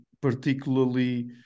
particularly